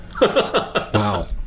Wow